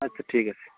আচ্ছা ঠিক আছে